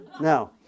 Now